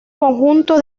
conjunto